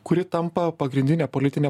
kuri tampa pagrindine politine